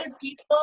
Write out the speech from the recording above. people